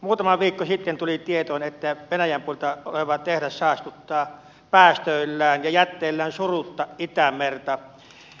muutama viikko sitten tuli tietoon että venäjän puolella oleva tehdas saastuttaa päästöillään ja jätteillään surutta itämerta